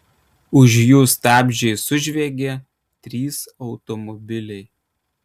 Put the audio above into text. už jų stabdžiais sužviegė trys automobiliai